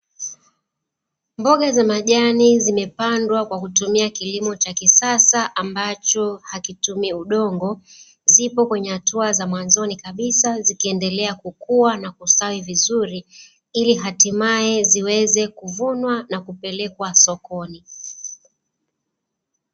mboga za majani zimepandwa kwa kutumia kilimo cha kisasa ambacho hakitumii udongo, zipo kwenye hatua za mwanzoni kabisa zikiendelea kukua na kustawi vizuri ili hatimae ziweze kuvunwa na kupelekwa sokoni.